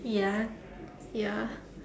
ya ya